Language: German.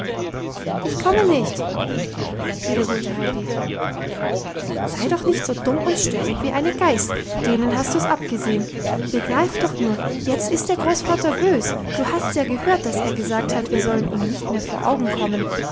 ich komme nicht wiederholte heidi sei doch nicht so dumm und störrig wie eine geiß denen hast du's abgesehen begreif doch nur jetzt ist der großvater bös du hast's ja gehört dass er gesagt hat wir sollen ihm nicht mehr vor augen kommen